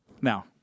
Now